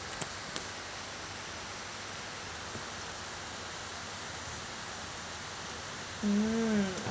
mm